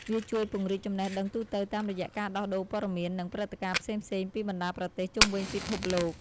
វាជួយពង្រីកចំណេះដឹងទូទៅតាមរយៈការដោះដូរព័ត៌មាន និងព្រឹត្តិការណ៍ផ្សេងៗពីបណ្ដាប្រទេសជុំវិញពិភពលោក។